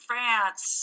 France